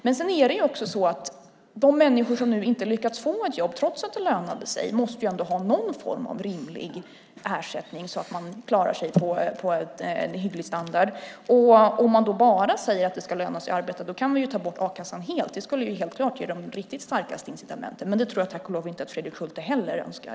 Men de människor som inte har lyckats få ett jobb trots att det lönar sig måste ändå ha någon form av rimlig ersättning så att de klarar sig på en hygglig standard. Om man då bara säger att det ska löna sig att arbeta kan vi ta bort a-kassan helt. Det skulle helt klart ge de riktigt starka incitamenten. Men det tror jag tack och lov inte att Fredrik Schulte heller önskar.